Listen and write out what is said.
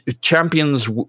champions